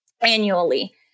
annually